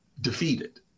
defeated